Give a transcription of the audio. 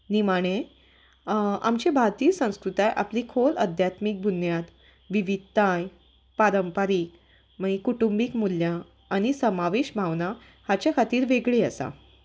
निमणें आमची भारतीय संस्कृताय आपली खोल अध्यात्मीक बुन्याद विविधताय परंपरीक मागीर कुटुंबीक मुल्यां आनी समावेश भावना हाचे खातीर वेगळी आसा